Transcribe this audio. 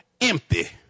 empty